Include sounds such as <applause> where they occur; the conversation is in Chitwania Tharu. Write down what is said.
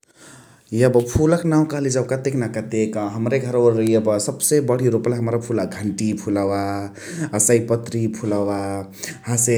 <noise> एब फुलक नाउ कहले जौ कतेन कतेक हमरे घरवा वेरए एब सबसे बण्ही रोपलही हमरा फुला घन्टी फुलवा, अ सएपत्री फुलवा । हसे